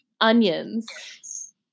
onions